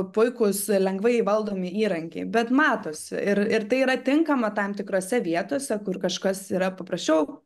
puikūs lengvai valdomi įrankiai bet matosi ir ir tai yra tinkama tam tikrose vietose kur kažkas yra paprasčiau